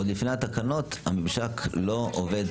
עוד לפני התקנות הממשק לא עובד.